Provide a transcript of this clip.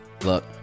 look